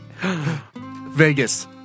Vegas